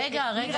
רגע, רגע.